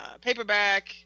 paperback